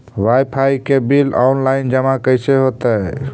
Wifi के bill online जमा कैसे होतै?